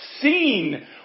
seen